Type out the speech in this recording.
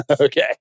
Okay